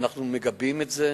ואנחנו מגבים את זה.